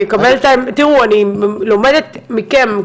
תראו אני לומדת מכם,